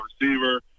receiver